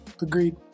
Agreed